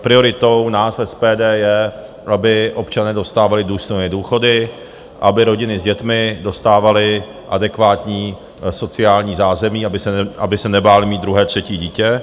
Prioritou nás, SPD, je, aby občané dostávali důstojné důchody, aby rodiny s dětmi dostávaly adekvátní sociální zázemí, aby se nebály mít druhé a třetí dítě.